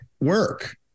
work